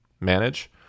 manage